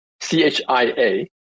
C-H-I-A